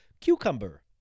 cucumber